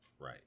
Right